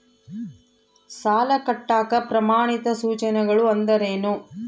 ಸಾಲ ಕಟ್ಟಾಕ ಪ್ರಮಾಣಿತ ಸೂಚನೆಗಳು ಅಂದರೇನು?